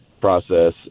process